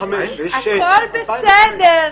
ב-2006-2005.